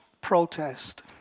protest